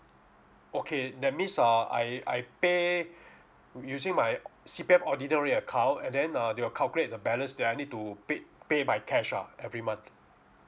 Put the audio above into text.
okay that means ah I I pay using my C_P_F ordinary account and then uh they will calculate the balance that I need to pay pay by cash ah every month